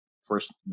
first